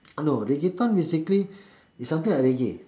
no reggaeton basically is something like reggae